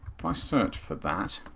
if i search for that,